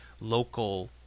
local